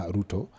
Ruto